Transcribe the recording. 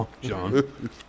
john